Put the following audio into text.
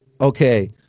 Okay